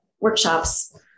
workshops